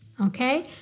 Okay